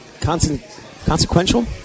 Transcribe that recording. consequential